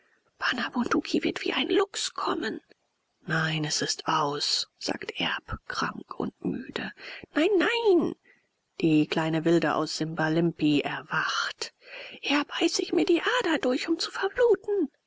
bana bunduki wird wie ein luchs kommen nein es ist aus sagt erb krank und müde nein nein die kleine wilde aus simbalimpi erwacht eher beiße ich mir die ader durch um zu verbluten